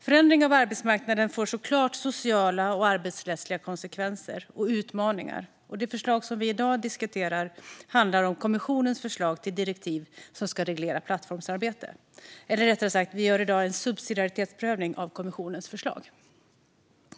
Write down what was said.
Förändring av arbetsmarknaden får såklart sociala och arbetsrättsliga konsekvenser och utmaningar, och det förslag vi i dag diskuterar handlar om kommissionens förslag till direktiv som ska reglera plattformsarbete. Rättare sagt gör vi i dag en subsidiaritetsprövning av kommissionens förslag.